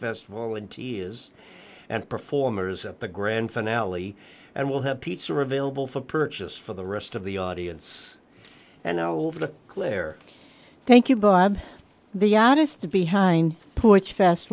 festival and tea is and performers at the grand finale and will have pizza are available for purchase for the rest of the audience and no claire thank you bob the honest to behind puts fast